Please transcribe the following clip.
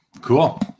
Cool